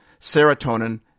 serotonin